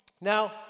Now